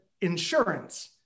insurance